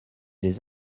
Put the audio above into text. les